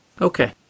Okay